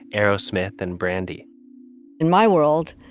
aerosmith and brandy in my world,